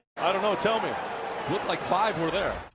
i don't know, tell me. it looked like five were there.